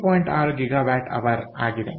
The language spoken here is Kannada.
6 GW hr ಆಗಿದೆ